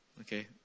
okay